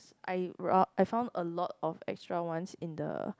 I I found a lot of extra ones in the